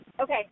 okay